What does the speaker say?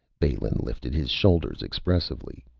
balin lifted his shoulders expressively.